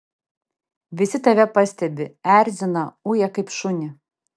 visi tave pastebi erzina uja kaip šunį